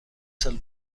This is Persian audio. سال